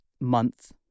month